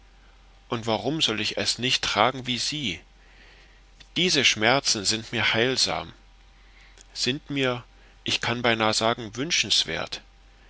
und warum soll ich es nicht tragen wie sie diese schmerzen sind mir heilsam sind mir ich kann beinah sagen wünschenswert